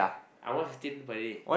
I want fifteen per day